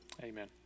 Amen